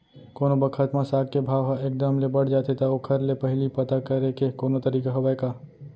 कोनो बखत म साग के भाव ह एक दम ले बढ़ जाथे त ओखर ले पहिली पता करे के कोनो तरीका हवय का?